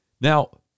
Now